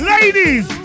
Ladies